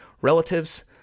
relatives